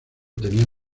tenía